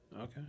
Okay